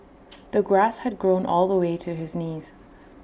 the grass had grown all the way to his knees